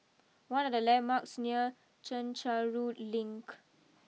what are the landmarks near Chencharu Link